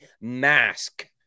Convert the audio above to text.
Mask